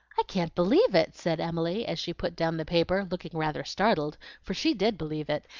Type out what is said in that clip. i can't believe it! said emily, as she put down the paper, looking rather startled, for she did believe it,